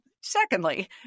secondly